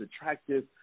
attractive